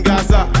Gaza